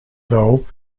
though